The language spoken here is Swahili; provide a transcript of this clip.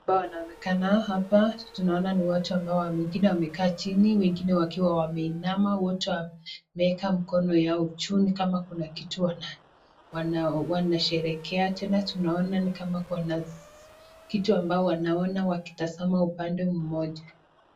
Ambao wanaonekana hapa tunaona ni watu ambao wengine wamekaa chini wengine wakiwa wameinama wote wameweka mikono yao juu ni kama kuna kitu wanasherehekea tena tunaona ni kama kuna kitu ambao wanaona wakitazama upande mmoja.